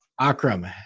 Akram